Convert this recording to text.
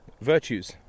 virtues